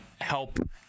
help